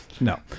No